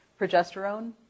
progesterone